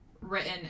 written